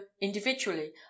individually